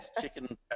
chicken